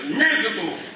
miserable